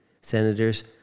senators